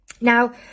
Now